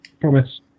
Promise